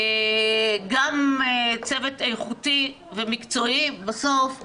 גם צוות איכותי ומקצועי בסוף נשבר.